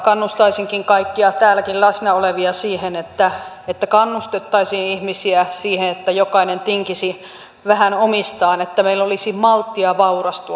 kannustaisinkin kaikkia täälläkin läsnä olevia siihen että kannustettaisiin ihmisiä siihen että jokainen tinkisi vähän omistaan että meillä olisi malttia vaurastua